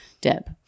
Deb